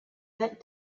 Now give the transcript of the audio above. that